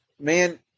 man